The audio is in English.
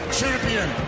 champion